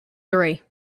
three